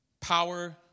power